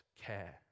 care